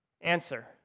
Answer